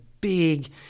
big